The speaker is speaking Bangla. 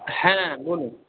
হ্যাঁ বলুন